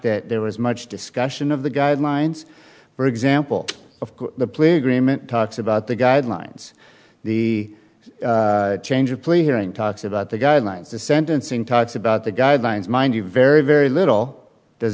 that there was much discussion of the guidelines for example of the plea agreement talks about the guidelines the change of plea hearing talks about the guidelines the sentencing talks about the guidelines mind you very very little does